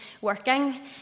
working